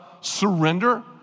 surrender